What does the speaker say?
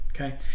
okay